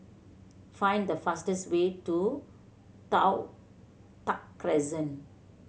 find the fastest way to Toh Tuck Crescent